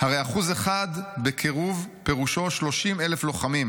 "הרי 1% בקירוב פירושו 30,000 לוחמים,